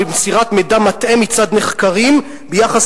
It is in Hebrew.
"ובמסירת מידע מטעה מצד נחקרים ביחס